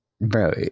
bro